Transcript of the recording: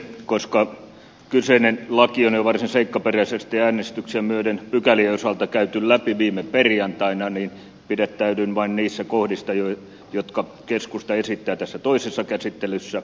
koska kyseinen laki on jo varsin seikkaperäisesti äänestyksiä myöten pykälien osalta käyty läpi viime perjantaina niin pidättäydyn vain niissä kohdissa jotka keskusta esittää tässä toisessa käsittelyssä